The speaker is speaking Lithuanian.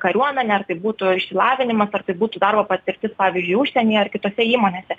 kariuomenė ar tai būtų išsilavinimas ar tai būtų darbo patirtis pavyzdžiui užsienyje ar kitose įmonėse